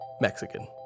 Mexican